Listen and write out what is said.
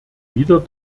wieder